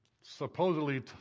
supposedly